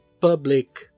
public